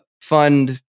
fund